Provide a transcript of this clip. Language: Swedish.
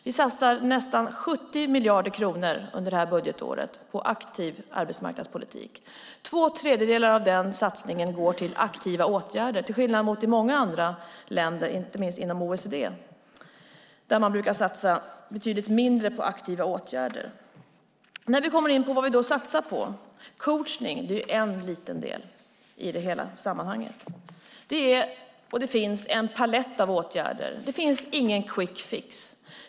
Vi satsar nästan 70 miljarder kronor under det här budgetåret på en aktiv arbetsmarknadspolitik. Två tredjedelar av den satsningen går till aktiva åtgärder, till skillnad mot i många andra länder - inte minst inom OECD - där man brukar satsa betydligt mindre på aktiva åtgärder. Låt mig komma in på vad vi satsar på. Coachning är en liten del i hela sammanhanget. Det finns en palett av åtgärder, men det finns ingen quick fix.